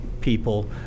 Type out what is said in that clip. people